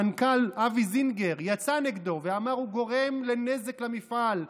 המנכ"ל אבי זינגר יצא נגדו ואמר: הוא גורם לנזק למפעל.